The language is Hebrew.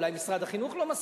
אולי משרד החינוך לא מסכים,